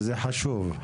וזה חשוב,